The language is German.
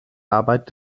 arbeit